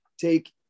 take